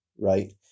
right